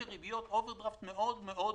בריביות אוברדרפט מאוד מאוד משמעויות.